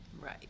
Right